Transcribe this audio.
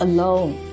Alone